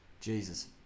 Jesus